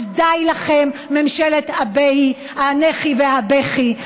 אז די לכם, ממשלת הנהי והבכי.